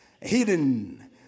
Hidden